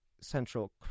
Central